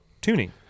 tuning